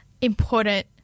important